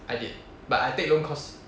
I did but I take loan cause